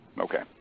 Okay